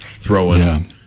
throwing